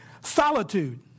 solitude